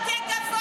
מה לעשות?